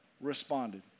responded